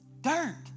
dirt